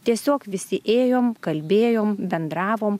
tiesiog visi ėjom kalbėjom bendravom